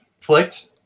flicked